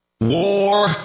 War